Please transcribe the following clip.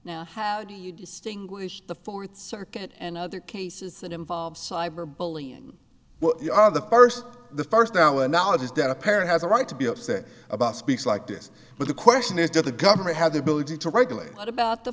now how do you distinguish the fourth circuit and other cases that involve cyberbullying you are the first the first our knowledge is that a parent has a right to be upset about speaks like this but the question is did the government have the ability to regulate what about the